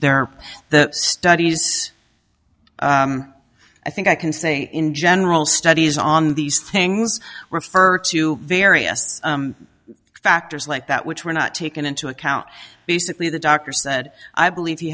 are the studies i think i can say in general studies on these things refer to various factors like that which were not taken into account basically the doctor said i believe he